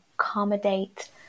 accommodate